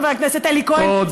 חבר הכנסת אלי כהן,